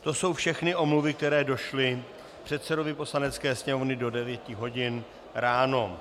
To jsou všechny omluvy, které došly předsedovi Poslanecké sněmovny do 9 hodin ráno.